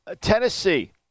Tennessee